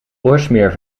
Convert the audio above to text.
oorsmeer